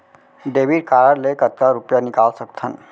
Debit card ले कतका रुपिया निकाल सकथन?